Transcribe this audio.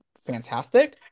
fantastic